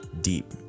deep